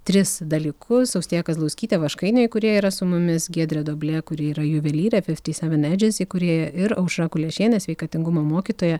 tris dalykus austėja kazlauskytė vaškainio įkūrėja yra su mumis giedrė doblė kuri yra juvelyrė fifti seven edžes įkūrėja ir aušra kuliešienė sveikatingumo mokytoja